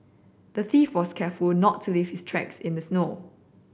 the thief was careful not to leave his tracks in the snow